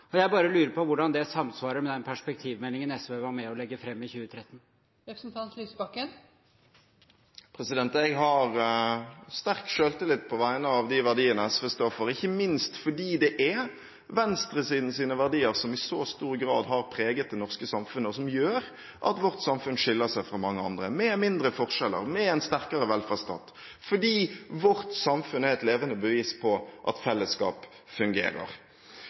budsjett. Jeg bare lurer på hvordan det samsvarer med den perspektivmeldingen SV var med på å legge fram i 2013. Jeg har sterk selvtillit på vegne av de verdiene SV står for, ikke minst fordi det er venstresidens verdier som i så stor grad har preget det norske samfunnet, og som gjør at vårt samfunn skiller seg fra mange andre – med mindre forskjeller, med en sterkere velferdsstat. Vårt samfunn er et levende bevis på at fellesskap fungerer.